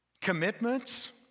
commitments